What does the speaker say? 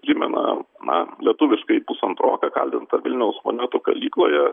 primena man lietuviškai pusantroką kalbintą vilniaus monetų kalykloje